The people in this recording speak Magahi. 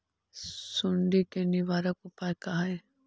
सुंडी के निवारक उपाय का हई?